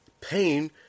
pain